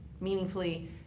meaningfully